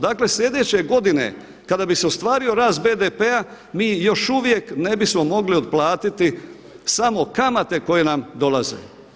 Dakle, sljedeće godine kada bi se ostvario rast BDP-a mi još uvijek ne bismo mogli otplatiti samo kamate koje nam dolaze.